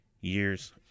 years